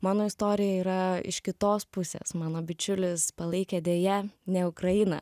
mano istorija yra iš kitos pusės mano bičiulis palaikė deja ne ukrainą